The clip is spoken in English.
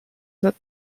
that